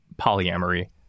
polyamory